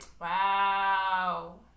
Wow